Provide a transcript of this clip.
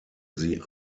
sie